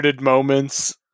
moments